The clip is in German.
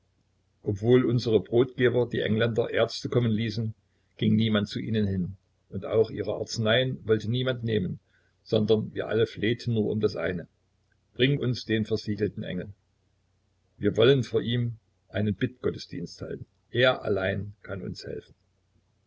obwohl unsere brotgeber die engländer ärzte kommen ließen ging niemand zu ihnen hin und auch ihre arzneien wollte niemand nehmen sondern wir alle flehten nur um das eine bring uns den versiegelten engel wir wollen vor ihm einen bittgottesdienst halten er allein kann uns helfen